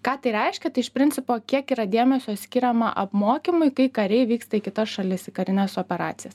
ką tai reiškia tai iš principo kiek yra dėmesio skiriama apmokymui kai kariai vyksta į kitas šalis į karines operacijas